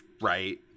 right